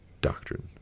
doctrine